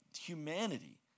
humanity